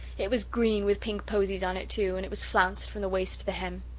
it was green with pink posies on it, too, and it was flounced from the waist to the hem.